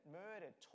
murdered